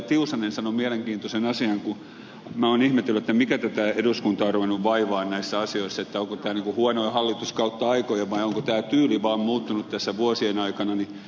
tiusanen sanoi mielenkiintoisen asian kun minä olen ihmetellyt mikä tätä eduskuntaa on ruvennut vaivaamaan näissä asioissa että onko tämä niin kuin huonoin hallitus kautta aikojen vai onko tämä tyyli vaan muuttunut tässä vuosien aikana niin ed